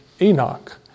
Enoch